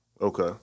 Okay